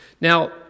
Now